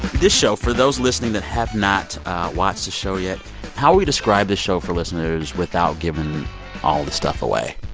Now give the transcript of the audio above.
this show, for those listening that have not watched the show yet how do we describe the show for listeners without giving all the stuff away?